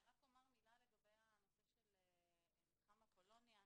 אני אומר מילה לגבי הנושא של מתחם אפולוניה.